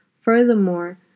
Furthermore